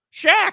Shaq